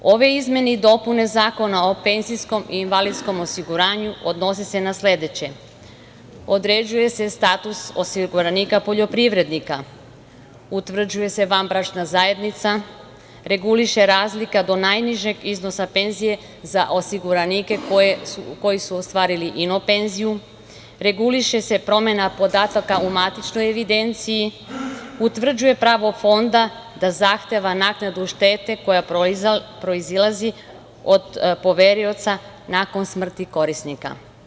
Ove izmene i dopune zakona o PIO, odnose se na sledeće, određuje se status osiguranika poljoprivrednika, utvrđuje se vanbračna zajednica, reguliše razlika do najnižeg iznosa penzije za osiguranike, koji su ostvarili inopenziju, reguliše se promena podataka u matičnoj evidenciji, utvrđuje pravo fonda da zahteva naknadu štete, koja proizilazi od poverioca, nakon smrti korisnika.